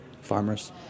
farmers